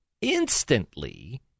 instantly